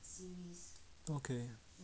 okay